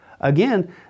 Again